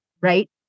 right